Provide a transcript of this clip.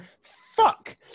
fuck